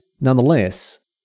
nonetheless